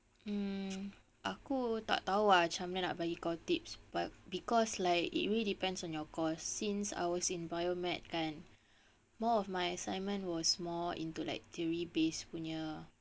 mm aku tak tahu ah macam mana nak bagi kau tips but because like it really depends on your course since I was in biomed kan more of my assignment was more into like theory based punya